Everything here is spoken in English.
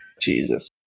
Jesus